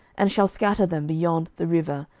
and shall scatter them beyond the river,